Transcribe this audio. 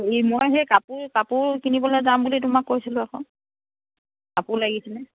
এই মই সেই কাপোৰ কাপোৰ কিনিবলে যাম বুলি তোমাক কৈছিলোঁ আকৌ কাপোৰ লাগিছিলে